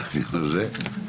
אתם לא רלוונטיים לדיון הזה.